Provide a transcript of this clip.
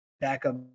backup